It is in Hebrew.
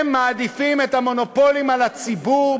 הם מעדיפים את המונופולים על הציבור,